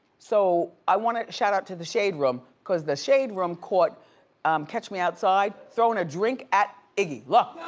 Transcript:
so i want to shout out to the shade room, cause the shade room caught catch me outside throwing a drink at iggy. look!